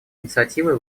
инициативы